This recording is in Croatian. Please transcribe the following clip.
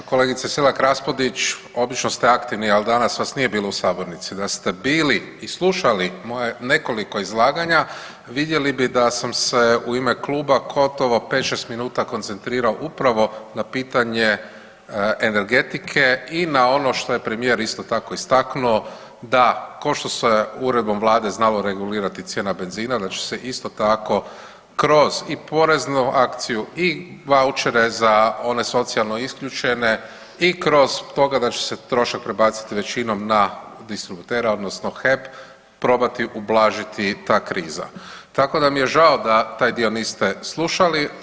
Pa kolegice Selak Raspudić obično ste aktivni ali danas vas nije bilo u sabornici, da ste bili i slušali moja nekoliko izlaganja vidjeli bi da sam se u ime kluba gotovo pet, šest minuta koncentrirao upravo na pitanje energetike i na ono što je premijer isto tako istaknuo da ko što se uredbom Vlade znalo regulirati cijena benzina da će se isto tako kroz i poreznu akciju i vaučere za one socijalno isključene i kroz toga da će se trošak prebaciti većinom na distributera odnosno HEP probati ublažiti ta kriza, tako da mi je žao da taj dio niste slušali.